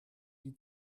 die